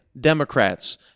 Democrats